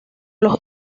los